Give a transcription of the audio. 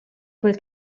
quel